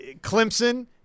Clemson